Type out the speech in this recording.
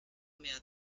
mehr